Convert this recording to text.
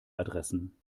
adressen